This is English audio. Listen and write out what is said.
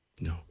no